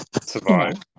survive